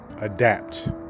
Adapt